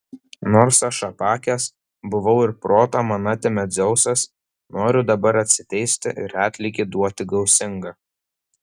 nors aš apakęs buvau ir protą man atėmė dzeusas noriu dabar atsiteisti ir atlygį duoti gausingą